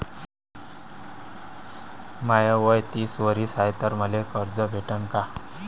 माय वय तीस वरीस हाय तर मले कर्ज भेटन का?